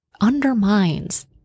undermines